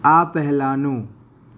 આ પહેલાંનું